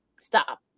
stop